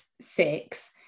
six